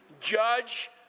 judge